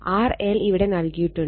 R L ഇവിടെ നൽകിയിട്ടുണ്ട്